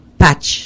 patch